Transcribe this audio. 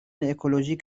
اکولوژیک